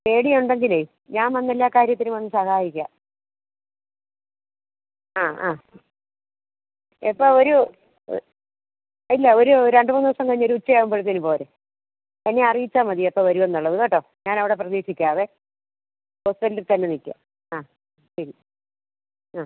പേടി ഉണ്ടെങ്കിലേ ഞാൻ വന്ന് എല്ലാ കാര്യത്തിലും വന്ന് സഹായിക്കാം ആ ആ എപ്പം ഒരു ഇല്ല ഒരു രണ്ടുമൂന്ന് ദിവസം കഴിഞ്ഞ് ഒരു ഉച്ച ആകുമ്പോഴത്തേനും പോരൂ എന്നെ അറിയിച്ചാൽ മതി എപ്പം വരും എന്നുള്ളത് കേട്ടോ ഞാൻ അവിടെ പ്രതീക്ഷിക്കാമേ ഹോസ്പിറ്റലിൽ തന്നെ നിൽക്കാം ആ ശരി ആ